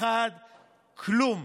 אחד כלום.